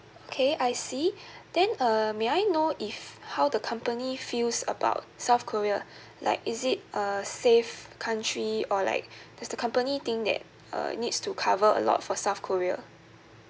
okay I see then uh may I know if how the company feels about south korea like is it a safe country or like does the company think that err it needs to cover a lot for south korea